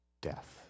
death